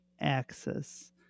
axis